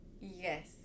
yes